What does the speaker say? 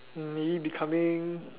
maybe becoming